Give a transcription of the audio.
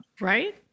Right